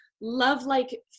love-like